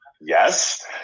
yes